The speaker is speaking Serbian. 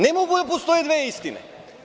Ne mogu da postoje dve istine.